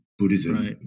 Buddhism